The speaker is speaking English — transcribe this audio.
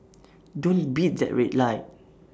don't beat that red light